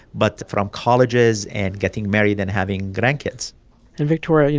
but from colleges and getting married and having grandkids and victoria, you